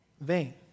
vain